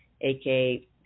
aka